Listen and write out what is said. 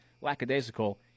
lackadaisical